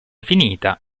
finita